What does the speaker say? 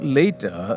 later